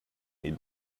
need